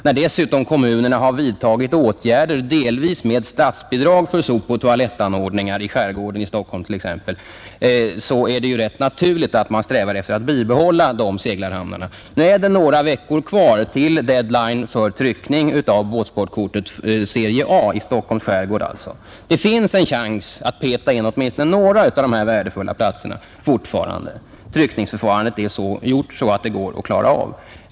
När dessutom kommunerna har vidtagit åtgärder delvis med Om åtgärder mot statsbidrag för sopoch toalettanordningar — i Stockholms skärgård t.ex. vissa konsekvenser — är det rätt naturligt att man strävar efter att bibehålla de seglarhamav strejk bland narna. besiktningsveterinärer Nu är det några veckor kvar till dead line för tryckning av båtsportkortet serie A, för Stockholms skärgård alltså. Det finns fortfarande en chans att peta in åtminstone några av dessa värdefulla platser — tryckningsförfarandet är sådant att det går att klara av.